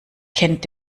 kennt